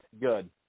good